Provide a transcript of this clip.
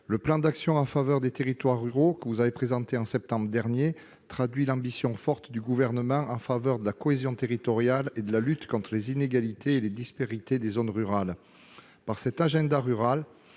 le plan d'action en faveur des territoires ruraux présenté en septembre dernier traduit l'ambition forte du Gouvernement en faveur de la cohésion territoriale et de la lutte contre les inégalités et les disparités entre zones rurales. Par cet agenda rural,